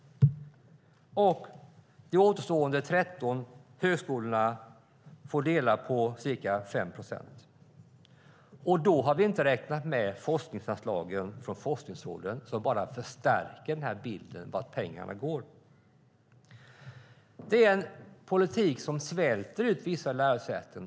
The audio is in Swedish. De återstående 13 högskolorna får dela på ca 5 procent. Då har vi inte räknat med forskningsanslagen från forskningsråden som bara förstärker bilden av vart pengarna går. Det är en politik som svälter ut vissa lärosäten.